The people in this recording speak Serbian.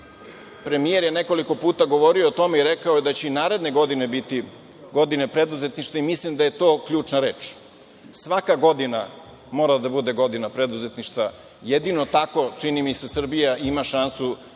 Premijer je nekoliko puta govorio o tome i rekao je da će i naredne godine biti godine preduzetništva i mislim da je to ključna reč. Svaka godina mora da bude godina preduzetništva. Čini mi se da jedino tako Srbija ima šansu